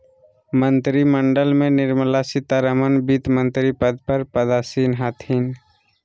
मंत्रिमंडल में निर्मला सीतारमण वित्तमंत्री पद पर पदासीन हथिन